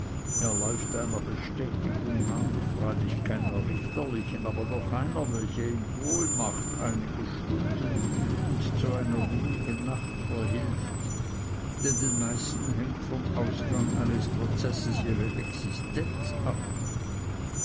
einer bestätigung nach freilich keiner richterlichen aber doch einer welche ihm wohl macht einige stunden und zu einer ruhigen nacht verhilft denn den meisten hängt vom ausgang eines prozesses ihre existenz ab